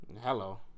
Hello